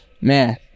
man